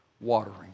watering